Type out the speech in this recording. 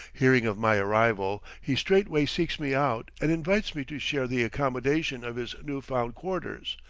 hearing of my arrival, he straightway seeks me out and invites me to share the accommodation of his new-found quarters,